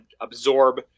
absorb